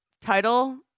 title